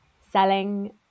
selling